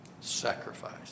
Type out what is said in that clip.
sacrifice